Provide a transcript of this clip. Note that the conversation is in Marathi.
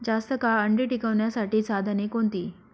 जास्त काळ अंडी टिकवण्यासाठी साधने कोणती?